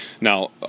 Now